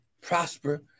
Prosper